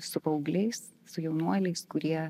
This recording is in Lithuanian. su paaugliais su jaunuoliais kurie